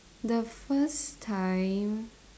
the first time